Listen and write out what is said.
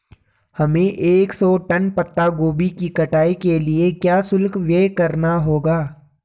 हमें एक सौ टन पत्ता गोभी की कटाई के लिए क्या शुल्क व्यय करना होगा?